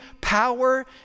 power